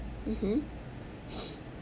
mmhmm